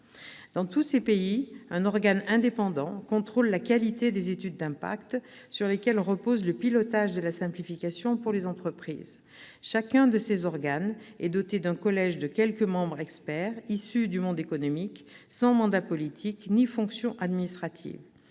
Dans tous ces pays, un organe indépendant contrôle la qualité des études d'impact, sur lesquelles repose le pilotage de la simplification pour les entreprises. Chacun de ces organes est doté d'un collège de quelques membres experts issus du monde économique, sans mandat politique ni fonction administrative.